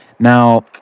Now